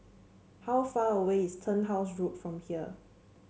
how far away is Turnhouse Road from here